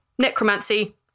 necromancy